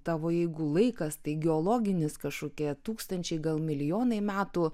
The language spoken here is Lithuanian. tavo jeigu laikas tai geologinis kažkokie tūkstančiai gal milijonai metų